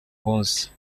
munsi